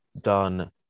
done